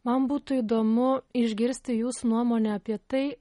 man būtų įdomu išgirsti jūsų nuomonę apie tai